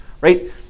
right